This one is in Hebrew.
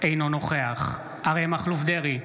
אינו נוכח אריה מכלוף דרעי,